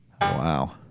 wow